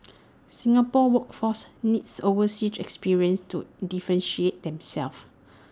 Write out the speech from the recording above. Singapore's workforce needs overseas experience to differentiate itself